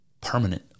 permanent